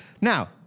Now